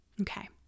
Okay